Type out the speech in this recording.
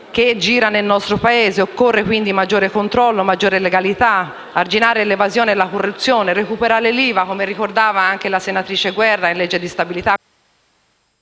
che gira nel nostro Paese. Occorre, quindi, maggiore controllo, maggiore legalità; arginare l'evasione e la corruzione, recuperare l'IVA, come ricordava anche la senatrice Guerra. Dobbiamo,